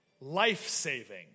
life-saving